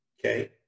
okay